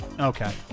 Okay